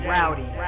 Rowdy